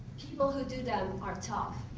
people who do them are tough.